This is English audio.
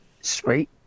Sweet